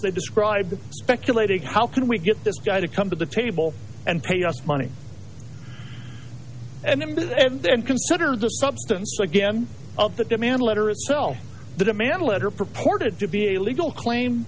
they describe speculated how can we get this guy to come to the table and pay us money and then behave and then consider the substance again of the demand letter itself the demand letter purported to be a legal claim